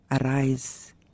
arise